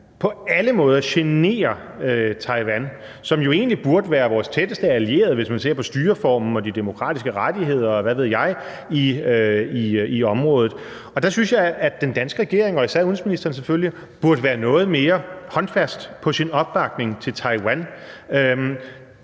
på alle måder generer Taiwan, som jo egentlig burde være vores tætteste allierede, hvis man ser på styreformen og de demokratiske rettigheder, og hvad ved jeg, i området. Og der synes jeg, at den danske regering og især udenrigsministeren selvfølgelig burde være noget mere håndfast i sin opbakning til Taiwan.